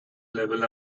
level